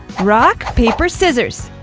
rock, paper, scissors!